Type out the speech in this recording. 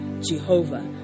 Jehovah